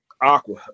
Aqua